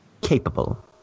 capable